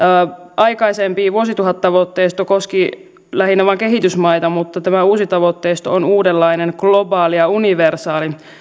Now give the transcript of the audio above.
aikaisempi vuosituhattavoitteisto koski lähinnä vain kehitysmaita mutta tämä uusi tavoitteisto on uudenlainen globaali ja universaali